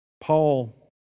Paul